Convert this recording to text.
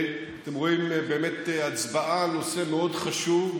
אתם רואים באמת הצבעה על נושא מאוד חשוב,